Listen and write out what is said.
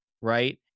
right